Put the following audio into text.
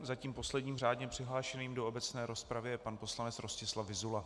Zatím posledním řádně přihlášeným do obecné rozpravy je pan poslanec Rostislav Vyzula.